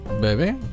baby